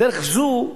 בדרך זו,